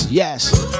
Yes